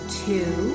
two